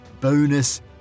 bonus